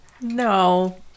No